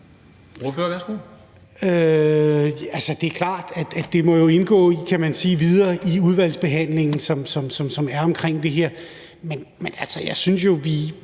Det er klart, at det må indgå videre i udvalgsbehandlingen, som er omkring det her.